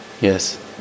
Yes